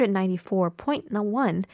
194.1